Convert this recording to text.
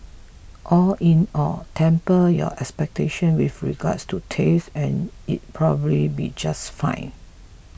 all in all temper your expectation with regards to taste and it'll probably be just fine